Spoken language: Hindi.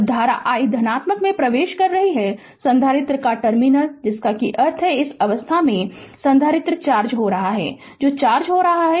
जब धारा i धनात्मक में प्रवेश कर रही है संधारित्र का टर्मिनल इसका अर्थ है कि इस अवस्था में संधारित्र चार्ज हो रहा है जो चार्ज हो रहा है